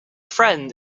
friend